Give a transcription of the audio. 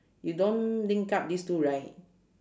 you don't link up this two right